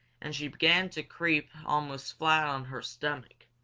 and she began to creep almost flat on her stomach,